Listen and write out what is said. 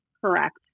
Correct